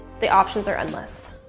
the options are endless.